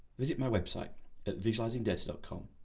visit my website at visualisingdata and com.